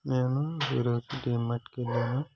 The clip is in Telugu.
నేను ఈరోజు డీమార్ట్కి వెళ్ళాను